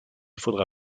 faudra